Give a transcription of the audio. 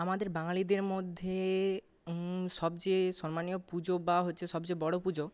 আমাদের বাঙালিদের মধ্যে সবচেয়ে সম্মানীয় পুজো বা হচ্ছে সব চেয়ে বড় পুজো